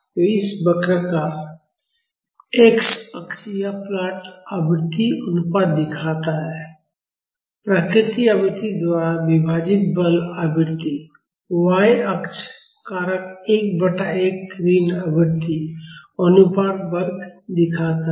तो इस वक्र का x अक्ष यह प्लॉट आवृत्ति अनुपात दिखाता है प्राकृतिक आवृत्ति द्वारा विभाजित बल आवृत्ति y अक्ष कारक 1 बटा 1 ऋण आवृत्ति अनुपात वर्ग दिखाता है